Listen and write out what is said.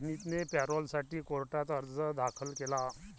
विनीतने पॅरोलसाठी कोर्टात अर्ज दाखल केला